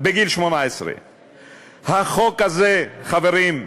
בגיל 18. החוק הזה, חברים,